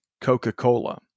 Coca-Cola